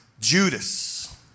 Judas